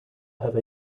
have